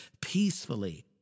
peacefully